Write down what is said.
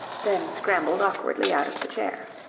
then scrambled awkwardly out of the chair.